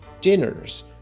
dinners